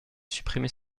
supprimer